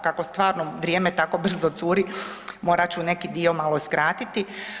Kako stvarno vrijeme tako brzo curi morat ću neki dio malo i skratiti.